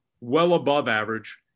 well-above-average